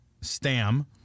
Stam